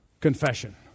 confession